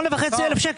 זה 8,500 ₪